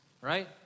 right